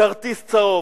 כרטיס צהוב.